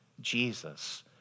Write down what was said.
Jesus